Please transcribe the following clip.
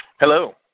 Hello